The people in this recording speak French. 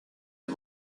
les